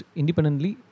independently